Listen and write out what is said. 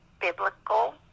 biblical